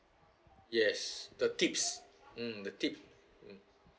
yes the tips mm the tips mm